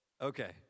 Okay